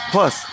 Plus